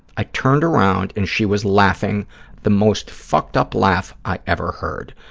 i turned around and she was laughing the most fucked-up laugh i ever heard.